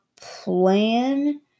plan